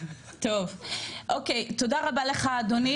תודה רבה לך, אדוני.